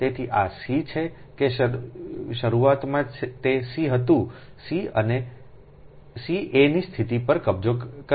તેથી આ c છે કે શરૂઆતમાં તે c હતું c એ ની સ્થિતિ પર કબજો કરે છે